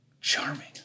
charming